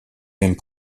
mêmes